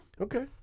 Okay